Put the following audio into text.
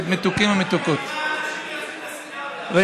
מתוקים ומתוקות, ראשית